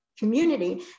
Community